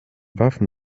waffen